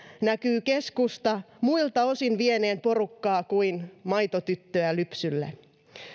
näkyy keskusta muilta osin vieneen porukkaa kuin maitotyttöä lypsylle